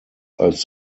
als